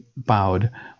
bowed